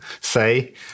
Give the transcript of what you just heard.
say